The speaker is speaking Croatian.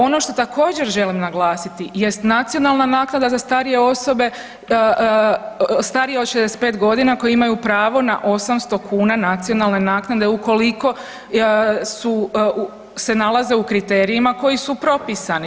Ono što također želim naglasiti jest nacionalna naknada za starije osobe, starije od 65 godina koje imaju pravo na 800 kuna nacionalne naknade ukoliko su se nalaze u kriterijima koji su propisani.